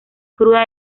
cruda